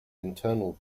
internal